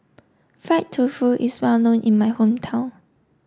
fried tofu is well known in my hometown